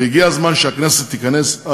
והגיע הזמן שהכנסת תיכנס.